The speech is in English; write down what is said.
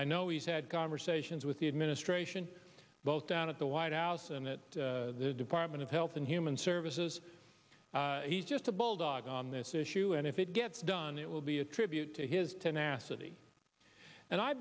i know he's had conversations with the administration both down at the white house and that the department of health and human services he's just a bulldog on this issue and if it gets done it will be a tribute to his